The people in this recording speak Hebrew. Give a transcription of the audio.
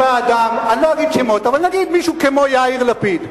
אני לא אגיד שמות, אבל נגיד מישהו כמו יאיר לפיד,